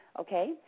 Okay